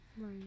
right